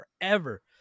forever